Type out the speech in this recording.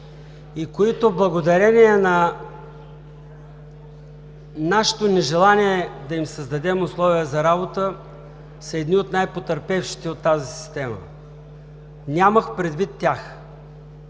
и които благодарение на нашето нежелание да им създадем условия за работа, са едни от най-потърпевшите от тази система. Нямах предвид тях.